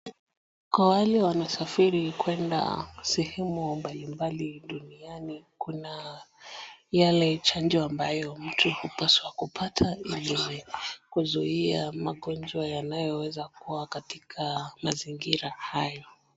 Kwa wale wanasafiri kwenda sehemu mbalimbali duniani kuna yale chanjo ambao mtu hupaswa kupata ili kuzuia magonjwa yanayoweza kuwa katika mazingira hayo.